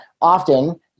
often